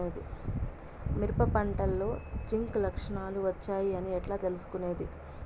మిరప పంటలో జింక్ లక్షణాలు వచ్చాయి అని ఎట్లా తెలుసుకొనేది?